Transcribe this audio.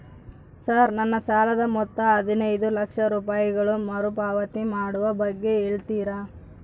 Sir ನನ್ನ ಸಾಲದ ಮೊತ್ತ ಹದಿನೈದು ಲಕ್ಷ ರೂಪಾಯಿಗಳು ಮರುಪಾವತಿ ಮಾಡುವ ಬಗ್ಗೆ ಹೇಳ್ತೇರಾ?